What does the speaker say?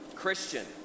Christian